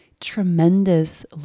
tremendous